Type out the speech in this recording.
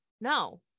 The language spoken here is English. no